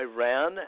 Iran